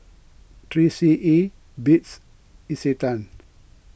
three C E Beats Isetan